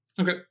Okay